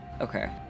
Okay